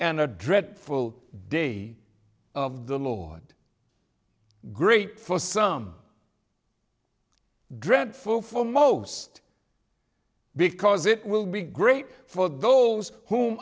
the dreadful day of the lord great for some dreadful for most because it will be great for those who